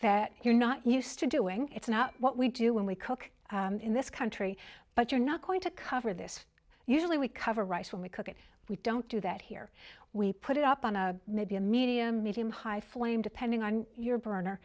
that you're not used to doing it's not what we do when we cook in this country but you're not going to cover this usually we cover rice when we cook it we don't do that here we put it up on a maybe a medium medium high flame depending on your burner